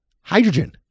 Hydrogen